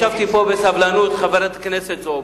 אני ישבתי פה בסבלנות, חברת הכנסת זועבי,